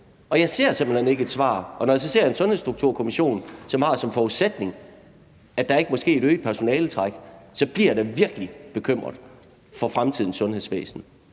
Og jeg ser simpelt hen ikke et svar, og når jeg så ser en Sundhedsstrukturkommission, som har som forudsætning, at der ikke må ske et øget personaletræk, så bliver jeg da virkelig bekymret for fremtidens sundhedsvæsen.